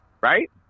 Right